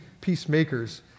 peacemakers